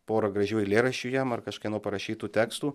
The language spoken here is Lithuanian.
porą gražių eilėraščių jam ar kažkieno parašytų tekstų